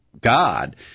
God